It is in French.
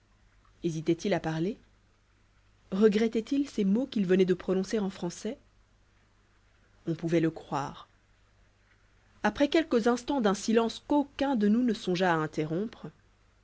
hésitait il à parler regrettait il ces mots qu'il venait de prononcer en français on pouvait le croire après quelques instants d'un silence qu'aucun de nous ne songea à interrompre